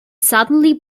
suddenly